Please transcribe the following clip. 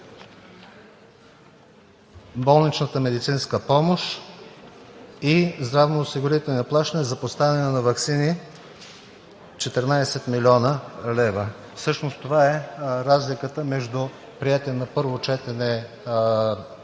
болничната медицинска помощ и здравноосигурителни плащания за поставяне на ваксини 14 млн. лв. Всъщност това е разликата между приетия на първо четене бюджет